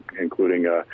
including